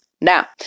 Now